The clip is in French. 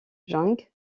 jung